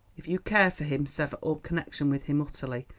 if you care for him sever all connection with him utterly,